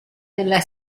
della